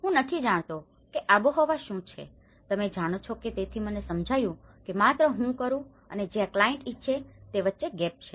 હું નથી જાણતો કે આબોહવા શું છે તમે જાણો છો કે તેથી મને સમજાયું કે માત્ર હું કરૂઅને જ્યાં ક્લાયંટ ઇચ્છે છે તે વચ્ચે ગેપ છે